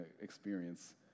experience